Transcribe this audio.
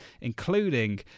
including